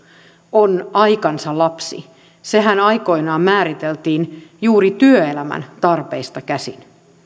on aikansa lapsi sehän aikoinaan määriteltiin juuri työelämän tarpeista käsin